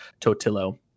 Totillo